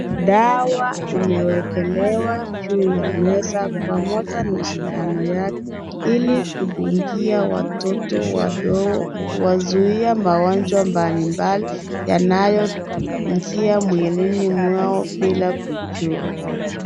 Dawa imewekelewa juu ya meza pamoja na sindano yake ili kudungia watoto wadogo kuwazuia magonjwa mbalimbali yanayoingia mwilini mwao bila kujua.